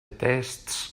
tests